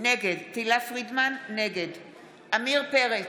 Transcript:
נגד עמיר פרץ,